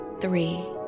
Three